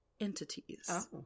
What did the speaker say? entities